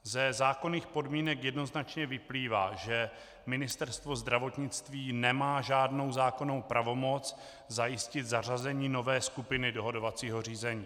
Ze zákonných podmínek jednoznačně vyplývá, že Ministerstvo zdravotnictví nemá žádnou zákonnou pravomoc zajistit zařazení nové skupiny dohodovacího řízení.